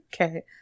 Okay